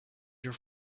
your